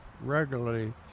regularly